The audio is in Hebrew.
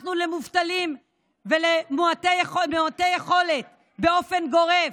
למובטלים ולמעוטי יכולת באופן גורף,